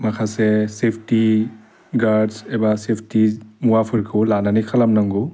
माखासे safety guards एबा safety मुवाफोरखौ लानानै खालामनांगौ